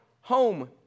home